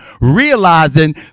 realizing